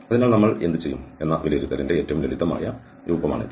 അതിനാൽ നമ്മൾ എന്ത് ചെയ്യും എന്ന വിലയിരുത്തലിന്റെ ഏറ്റവും ലളിതമായ രൂപമാണിത്